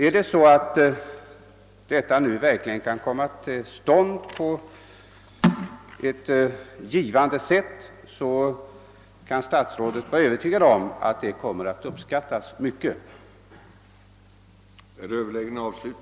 Om en givande diskussion verkligen kommer till stånd kan statsrådet vara övertygad om att det kommer att uppskattas mycket.